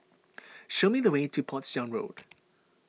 show me the way to Portsdown Road